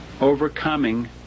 overcoming